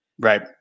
Right